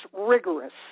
rigorous